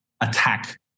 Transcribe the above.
attack